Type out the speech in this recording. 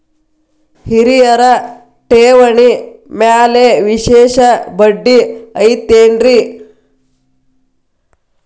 ಹಿರಿಯರ ಠೇವಣಿ ಮ್ಯಾಲೆ ವಿಶೇಷ ಬಡ್ಡಿ ಐತೇನ್ರಿ?